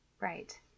Right